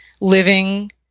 living